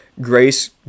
grace